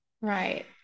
Right